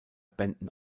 bänden